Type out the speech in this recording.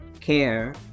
care